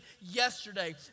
yesterday